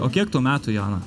o kiek tau metų joana